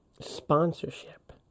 Sponsorship